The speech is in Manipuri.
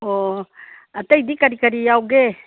ꯑꯣ ꯑꯇꯩꯗꯤ ꯀꯔꯤ ꯀꯔꯤ ꯌꯥꯎꯒꯦ